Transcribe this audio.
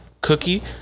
cookie